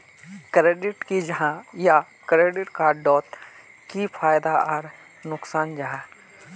Credit की जाहा या क्रेडिट कार्ड डोट की फायदा आर नुकसान जाहा?